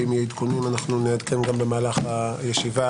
ואם יהיו עדכונים אנחנו נעדכן גם במהלך הישיבה.